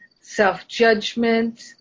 self-judgment